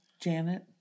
Janet